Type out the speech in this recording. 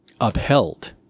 upheld